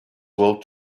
will